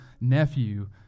nephew